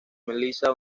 melissa